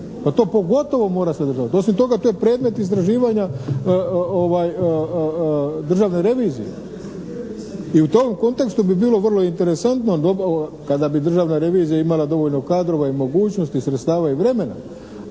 to pogotovo mora sadržavati. Osim toga to je predmet izražavanja državne revizije. I u tom kontekstu bi bilo vrlo interesantno kada bi državna revizija imala dovoljno kadrova i mogućnosti, sredstava i vremena